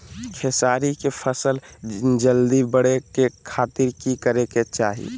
खेसारी के फसल जल्दी बड़े के खातिर की करे के चाही?